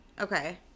Okay